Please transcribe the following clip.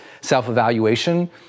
self-evaluation